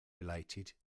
related